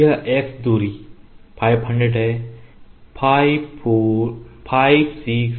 यह x दूरी 500 है 5 6 4